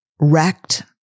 wrecked